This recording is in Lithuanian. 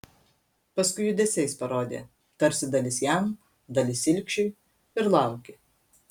paskui judesiais parodė tarsi dalis jam dalis ilgšiui ir laukė